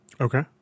okay